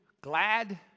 glad